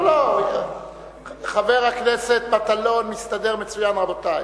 לא, חבר הכנסת מטלון מסתדר מצוין, רבותי.